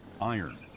Iron